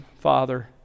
father